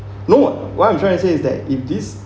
no what I'm trying to say is that if this